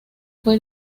fue